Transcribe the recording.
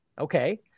Okay